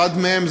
אחת מהן,